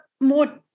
more